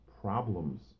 problems